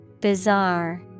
Bizarre